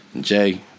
Jay